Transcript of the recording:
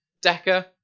Decker